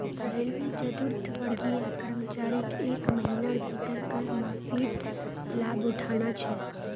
railway चतुर्थवर्गीय कर्मचारीक एक महिनार भीतर कर माफीर लाभ उठाना छ